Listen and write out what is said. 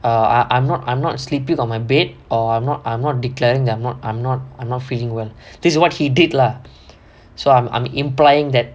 err I I'm not I'm not sleeping on my bed or I'm not I'm not declaring that I'm I'm not I'm not feeling well this is what he did lah so I'm I'm implying that